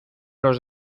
los